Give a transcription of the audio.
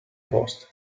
posto